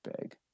big